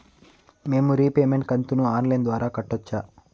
మేము రీపేమెంట్ కంతును online ద్వారా కట్టొచ్చా